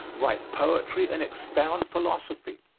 write poetry and expound philosophy.